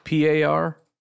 par